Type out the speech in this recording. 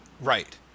Right